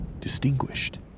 distinguished